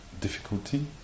difficulty